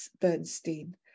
Bernstein